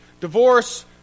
Divorce